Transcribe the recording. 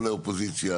לא לאופוזיציה,